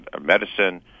medicine